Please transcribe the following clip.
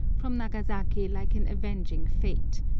from nagasaki like an avenging fate,